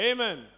Amen